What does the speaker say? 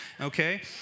okay